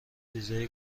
ویزای